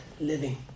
living